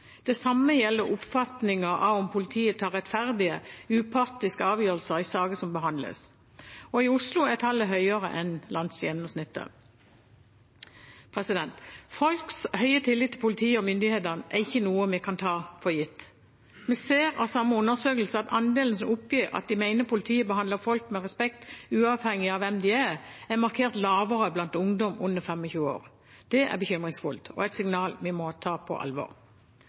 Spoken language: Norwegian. Det samme gjelder oppfatningen av om politiet tar rettferdige, upartiske avgjørelser i saker som behandles. I Oslo er tallet høyere enn landsgjennomsnittet. Folks høye tillit til politiet og myndighetene er ikke noe vi kan ta for gitt. Vi ser av samme undersøkelse at andelen som oppgir at de mener politiet behandler folk med respekt uavhengig av hvem de er, er markert lavere blant ungdom under 25 år. Det er bekymringsfullt og et signal vi må ta på alvor.